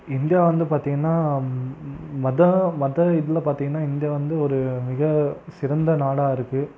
India வந்து பார்த்திங்கன்னா மதம் மத இதில் பார்த்திங்கன்னா இந்தியா வந்து ஒரு மிக சிறந்த நாடாக இருக்கு